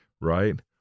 right